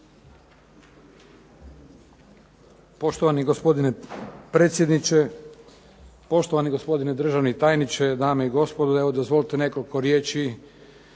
Poštovani gospodine predsjedniče, poštovani gospodine državni tajniče, dame i gospodo. Evo dozvolite nekoliko riječi